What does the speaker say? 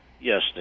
Yes